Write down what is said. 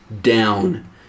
down